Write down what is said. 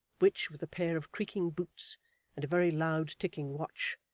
which, with a pair of creaking boots and a very loud ticking watch,